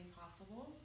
possible